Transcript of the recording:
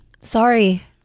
Sorry